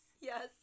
Yes